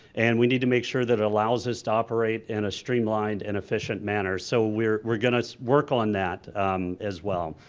and we need to make sure that allows us to operate in a streamlined and efficient manner so we are we are gonna work on that as well.